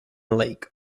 lake